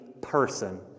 person